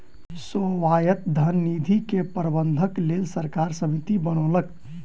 स्वायत्त धन निधि के प्रबंधनक लेल सरकार समिति बनौलक